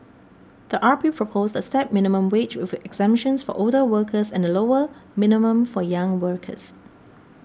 the R P proposed a stepped minimum wage with exemptions for older workers and a lower minimum for young workers